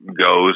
Goes